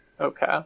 okay